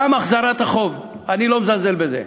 גם החזרת החוב, אני לא מזלזל בזה,